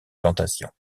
plantations